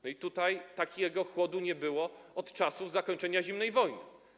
No i tutaj takiego chłodu nie było od czasów zakończenia zimnej wojny.